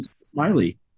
smiley